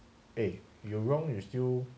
eh you're wrong you're still